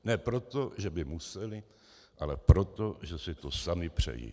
Ne proto, že by museli, ale proto, že si to sami přejí.